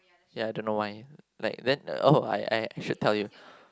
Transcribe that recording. yeah I don't know why like then oh I I I should tell you